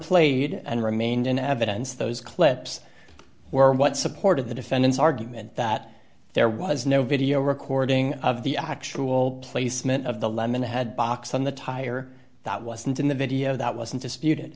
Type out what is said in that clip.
played and remained in evidence those clips were what supported the defendant's argument that there was no video recording of the actual placement of the lemon had box on the tire that wasn't in the video that wasn't disputed